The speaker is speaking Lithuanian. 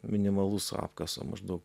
minimalus apkaso maždaug